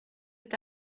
est